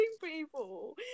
people